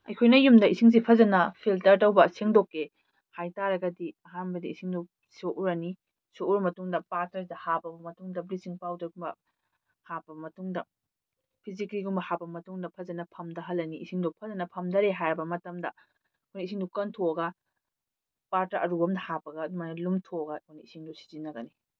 ꯑꯩꯈꯣꯏꯅ ꯌꯨꯝꯗ ꯏꯁꯤꯡꯁꯦ ꯐꯖꯅ ꯐꯤꯜꯇꯔ ꯇꯧꯕ ꯁꯦꯡꯗꯣꯛꯀꯦ ꯍꯥꯏꯇꯥꯔꯒꯗꯤ ꯑꯍꯥꯟꯕꯗ ꯏꯁꯤꯡꯗꯣ ꯁꯣꯛꯎꯔꯅꯤ ꯁꯣꯛꯎꯔꯕ ꯃꯇꯨꯡꯗ ꯄꯥꯇ꯭ꯔꯗ ꯍꯥꯞꯄꯕ ꯃꯇꯨꯡꯗ ꯕ꯭ꯂꯤꯆꯤꯡ ꯄꯥꯎꯗꯔ ꯒꯨꯝꯕ ꯍꯥꯞꯄ ꯃꯇꯨꯡꯗ ꯐꯤꯖꯤꯒ꯭ꯔꯤꯒꯨꯝꯕ ꯍꯥꯞꯄ ꯃꯇꯨꯡꯗ ꯐꯖꯅ ꯐꯝꯊꯍꯜꯂꯅꯤ ꯏꯁꯤꯡꯗꯣ ꯐꯖꯅ ꯐꯝꯊꯔꯦ ꯍꯥꯏꯕ ꯃꯇꯝꯗ ꯑꯩꯈꯣꯏꯅ ꯏꯁꯤꯡꯗꯣ ꯀꯟꯊꯣꯛꯑꯒ ꯄꯥꯇ꯭ꯔ ꯑꯔꯨꯕ ꯑꯃꯗ ꯍꯥꯞꯄꯒ ꯑꯗꯨꯃꯥꯏꯅ ꯂꯨꯝꯊꯣꯛꯑꯒ ꯑꯩꯈꯣꯏꯅ ꯏꯁꯤꯡꯗꯣ ꯁꯤꯖꯤꯟꯅꯒꯅꯤ